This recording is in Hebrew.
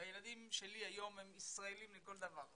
והילדים שלי היום הם ישראלים לכל דבר,